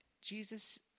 Jesus